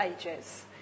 ages